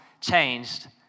changed